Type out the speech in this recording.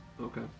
Okay